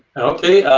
okay.